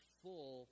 full